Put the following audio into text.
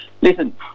Listen